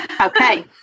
okay